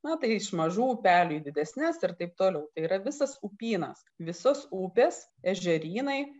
na tai iš mažų upelių į didesnes ir taip toliu tai yra visas upynas visos upės ežerynai